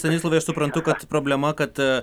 stanislavai aš suprantu kad problema kad